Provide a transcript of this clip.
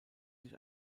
sich